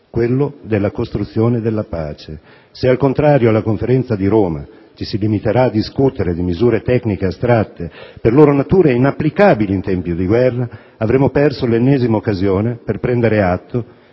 quello della costruzione della pace. Se, al contrario, alla Conferenza di Roma ci si limiterà a discutere di misure tecniche astratte, per loro natura inapplicabili in tempi di guerra, avremo perso l'ennesima occasione per prendere atto